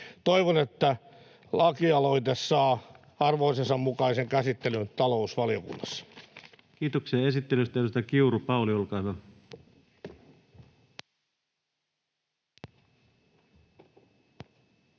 Toivon, että lakialoite saa arvoisensa käsittelyn talousvaliokunnassa. Kiitoksia esittelystä. — Edustaja Kiuru, Pauli, olkaa hyvä. Arvoisa